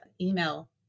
email